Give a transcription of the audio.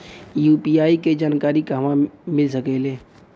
UPI के जानकारी कहवा मिल सकेले?